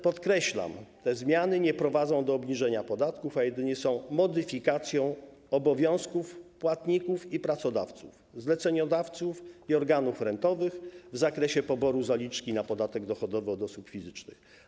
Podkreślam, te zmiany nie prowadzą do obniżenia podatków, a jedynie są modyfikacją obowiązków płatników i pracodawców, zleceniodawców i organów rentowych w zakresie poboru zaliczki na podatek dochodowy od osób fizycznych.